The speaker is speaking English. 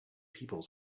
people